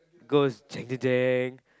goes jeng jeng jeng